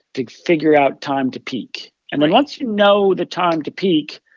to figure out time to peak and then once you know the time to peak,